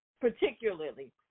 particularly